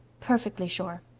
perfectly sure.